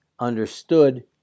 understood